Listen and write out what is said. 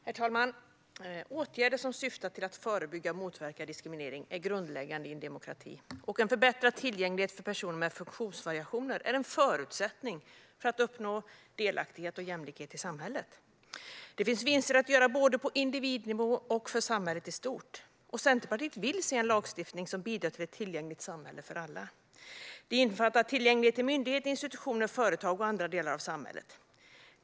Herr talman! Åtgärder som syftar till att förebygga och motverka diskriminering är grundläggande i en demokrati, och en förbättrad tillgänglighet för personer med funktionsvariationer är en förutsättning för att uppnå delaktighet och jämlikhet i samhället. Det finns vinster att göra både på individnivå och för samhället i stort. Centerpartiet vill se en lagstiftning som bidrar till ett tillgängligt samhälle för alla. Det innefattar tillgänglighet till myndigheter, institutioner, företag och andra delar av samhället.